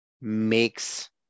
makes